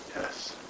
Yes